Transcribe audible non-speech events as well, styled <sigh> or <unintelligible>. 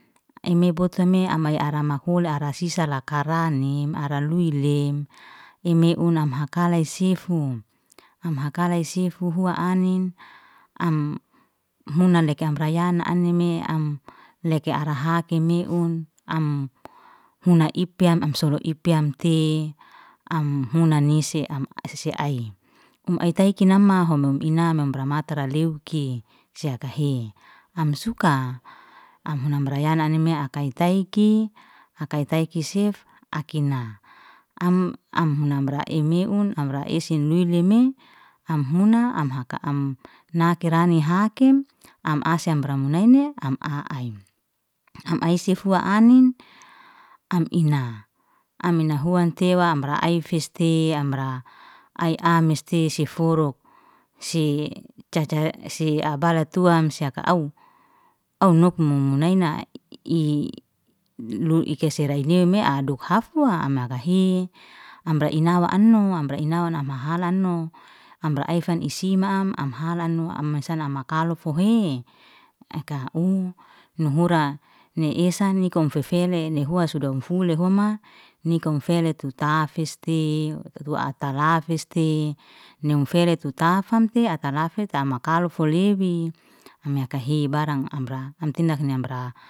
Aime botame amya ara mahola, ara sisala karanim ara luilem imeun, am hakalai sifum, am hakalai sifhuhua anin, am huna leke amra yana anime, am leke ara hakimehun, am hunai ipyam am sului ipyam te am hunani nisse am asese ai, am ai tak inama hom inamam ramatara asese ai. Um ai tak inamahom ina mamra mataraleu si sehaka hei, am suka am huna amra yanani me'a taytaiki ai taytaiki sif akina. Am- am hunara ei meun amra esen luileme, am huna am haka, am nakirani hakem, am asyam ra munaini am ai aim, am ai sifua anin, am ina am ina huan tewa am amra ai fiste amra ai amiste sifuruk, si cahca si abalatuam si aka au, au nuk munaina <unintelligible> ikesirainewe mea adukhafua am ai rahe, amra inawa ano am amra inawa am halano amra ayfan isimam, am halano am misana am hakalai fohe, akau nuhura ni isani kongfefele ni- nihua sudan felu lehuma nikongfele tutafeste, tutalafeste nufere tutafam te atalafe tama kal folibi, am yakahe barang amra am tindakni amra.